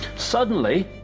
suddenly,